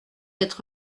être